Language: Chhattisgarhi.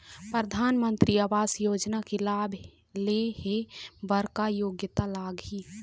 परधानमंतरी आवास योजना के लाभ ले हे बर का योग्यता लाग ही?